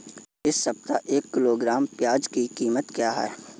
इस सप्ताह एक किलोग्राम प्याज की कीमत क्या है?